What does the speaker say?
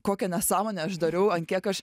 kokią nesąmonę aš dariau ant kiek aš